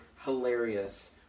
hilarious